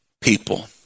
people